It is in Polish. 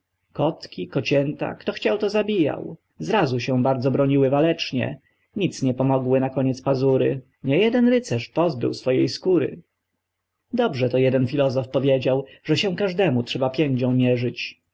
kotki kocięta kto chciał to zabijał zrazy się bardzo broniły walecznie nic nie pomogły nakoniec pazury nie jeden rycerz pozbył swojej skóry dobrze to jeden filozof powiedział że się każdemu trzeba piędzią